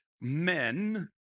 men